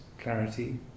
clarity